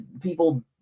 people